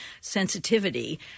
sensitivity